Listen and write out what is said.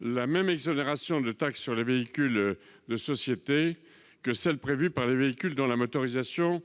la même exonération de taxe sur les véhicules de sociétés qu'aux véhicules dont la motorisation